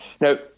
Now